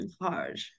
hard